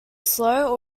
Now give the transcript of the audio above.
slow